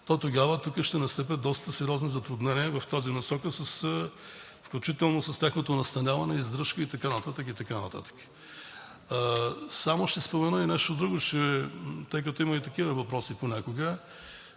то тогава тук ще настъпят доста сериозни затруднения в тази насока, включително с тяхното настаняване, издръжка и така нататък, и така нататък. Само ще спомена и нещо друго, тъй като има такива въпроси понякога.